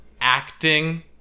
acting